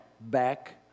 back